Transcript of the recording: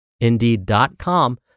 indeed.com